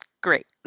great